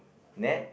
net